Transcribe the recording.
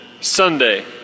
Sunday